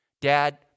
Dad